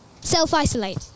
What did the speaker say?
self-isolate